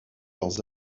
leurs